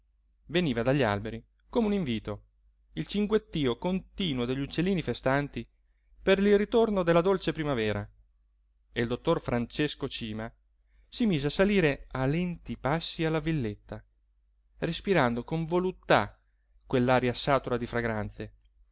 veniva dagli alberi come un invito il cinguettío continuo degli uccellini festanti per il ritorno della dolce primavera e il dottor francesco cima si mise a salire a lenti passi alla villetta respirando con voluttà quell'aria satura di fragranze